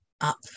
up